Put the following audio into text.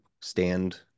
stand